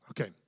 Okay